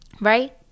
right